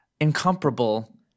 incomparable